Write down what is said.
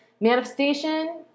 Manifestation